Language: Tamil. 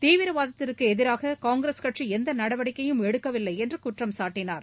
தீவிரவாதத்திற்கு எதிராக காங்கிரஸ் கட்சி எந்த நடவடிக்கையும் எடுக்கவில்லை என்று குற்றம் சாட்டினார்